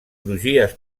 crugies